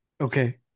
Okay